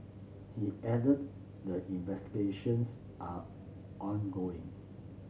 he added that investigations are ongoing